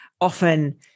often